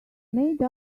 made